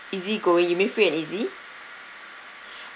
easy going you mean free and easy